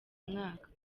mwaka